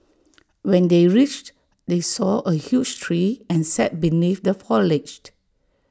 when they reached they saw A huge tree and sat beneath the foliage